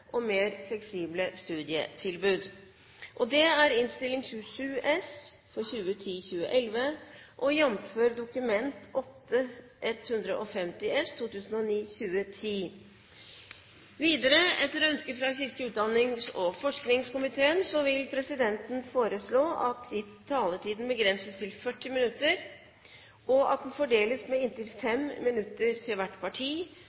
og forskningskomiteen vil presidenten foreslå at sakene nr. 3 og 4 behandles under ett. – Det anses vedtatt. Etter ønske fra kirke-, utdannings- og forskningskomiteen vil presidenten foreslå at taletiden begrenses til 40 minutter og fordeles med inntil 5 minutter til hvert parti